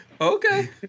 Okay